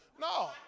No